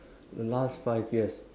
the last five years